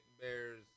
bears